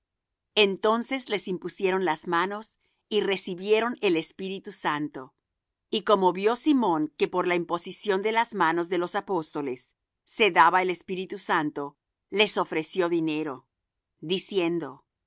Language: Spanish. entonces les impusieron las manos y recibieron el espíritu santo y como vió simón que por la imposición de las manos de los apóstoles se daba el espíritu santo les ofreció dinero diciendo